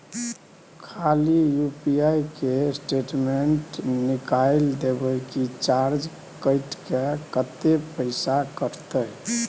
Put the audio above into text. खाली यु.पी.आई के स्टेटमेंट निकाइल देबे की चार्ज कैट के, कत्ते पैसा कटते?